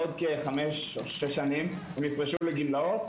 בעוד כחמש או שש שנים הם יפרשו לגמלאות,